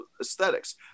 aesthetics